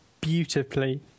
beautifully